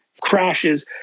crashes